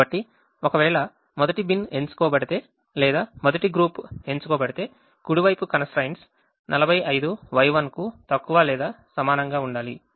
కాబట్టి ఒకవేళ మొదటి బిన్ ఎంచుకోబడితే లేదా మొదటి గ్రూప్ ఎంచుకోబడితే కుడి వైపు constraints 45Y1కు తక్కువ లేదా సమానంగా ఉండాలి